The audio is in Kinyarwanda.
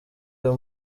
uyu